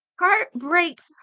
heartbreaks